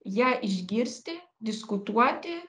ją išgirsti diskutuoti